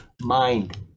mind